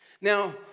Now